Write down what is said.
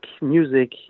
music